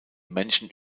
menschen